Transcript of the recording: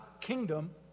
kingdom